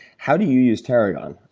how do you use tarragon?